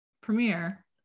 premiere